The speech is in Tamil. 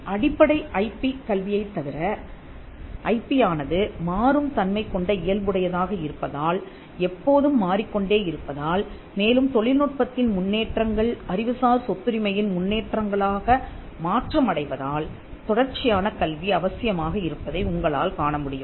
அடிப்படை ஐபி கல்வியைத் தவிர ஐபியானது மாறும் தன்மை கொண்ட இயல்புடையதாக இருப்பதால் எப்போதும் மாறிக்கொண்டே இருப்பதால் மேலும் தொழில்நுட்பத்தில் முன்னேற்றங்கள் அறிவுசார் சொத்துரிமையின் முன்னேற்றங்களாக மாற்றம் அடைவதால் தொடர்ச்சியான கல்வி அவசியமாக இருப்பதை உங்களால் காண முடியும்